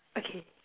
okay